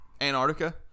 antarctica